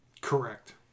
Correct